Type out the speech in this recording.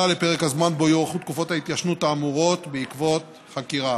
לפרק הזמן שבו יוארכו תקופות ההתיישנות האמורות בעקבות חקירה.